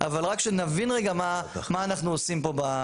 אבל רק שנבין מה אנחנו עושים פה.